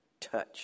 touch